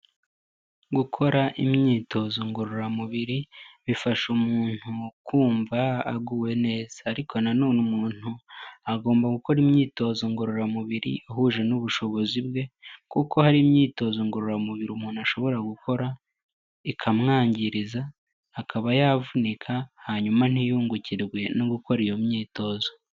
Gukora imyitozo ngororamubiri, bifasha umuntu kumva aguwe neza. Ariko nanone umuntu agomba gukora imyitozo ngororamubiri ihuje n'ubushobozi bwe kuko hari imyitozo ngororamubiri umuntu ashobora gukora, ikamwangiriza akaba yavunika hanyuma ntiyungukirwe no gukora iyo myitozo.